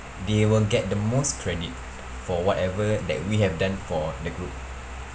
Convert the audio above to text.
they will get the most credit for whatever that we have done for the group